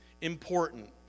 important